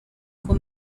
fue